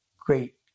great